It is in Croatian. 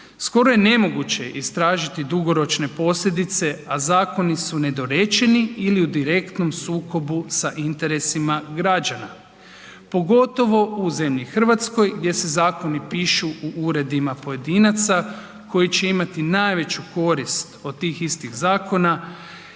Skoro je nemoguće istražiti dugoročne posljedice, a zakoni su nedorečeni ili u direktnom sukobu sa interesima građana, pogotovo u zemlji RH gdje se zakoni pišu u uredima pojedinaca koji će imati najveću korist od tih istih zakona